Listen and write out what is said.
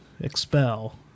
expel